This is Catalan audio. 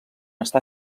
està